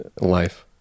life